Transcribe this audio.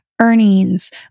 earnings